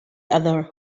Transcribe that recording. other